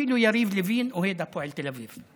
אפילו יריב לוין אוהד הפועל תל אביב.